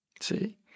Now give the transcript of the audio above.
see